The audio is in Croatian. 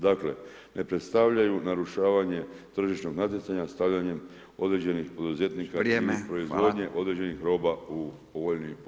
Dakle ne predstavljaju narušavanje tržišnog natjecanja stavljanjem određenih poduzetnika ili proizvodnje određenih roba u povoljniji položaj.